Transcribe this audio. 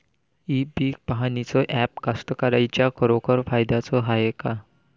इ पीक पहानीचं ॲप कास्तकाराइच्या खरोखर फायद्याचं हाये का?